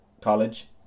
college